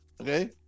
Okay